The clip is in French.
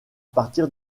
partir